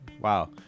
Wow